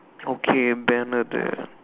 okay banner there